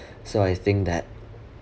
so I think that